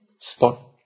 Spot